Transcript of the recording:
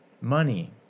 Money